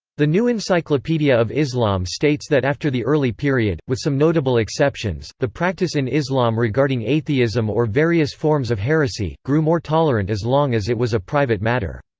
the new encyclopedia of islam states that after the early period, with some notable exceptions, the practice in islam regarding atheism or various forms of heresy, grew more tolerant as long as it was a private matter.